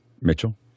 Mitchell